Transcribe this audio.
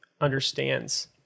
understands